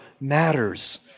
matters